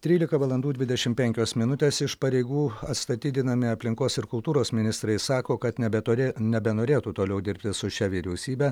trylika valandų dvidešimt penkios minutės iš pareigų atstatydinami aplinkos ir kultūros ministrai sako kad nebeturė nebenorėtų toliau dirbti su šia vyriausybe